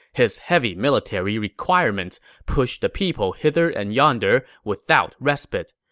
his heavy military requirements pushed the people hither and yonder without respite.